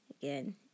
Again